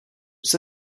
jste